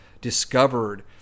discovered